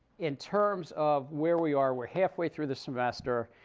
in terms of where we are, we're halfway through the semester.